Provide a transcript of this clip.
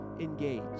engage